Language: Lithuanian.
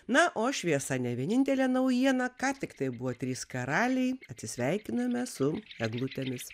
na o šviesa ne vienintelė naujiena ką tik tai buvo trys karaliai atsisveikiname su eglutėmis